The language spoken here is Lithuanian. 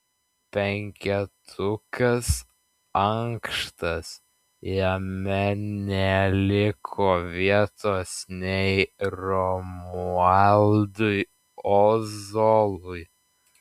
penketukas ankštas jame neliko vietos nei romualdui ozolui